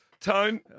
Tone